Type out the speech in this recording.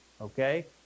okay